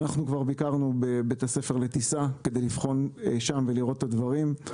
ביקרנו בבית הספר לטיסה כדי לבחון שם ולראות את הדברים,